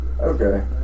Okay